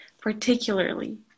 particularly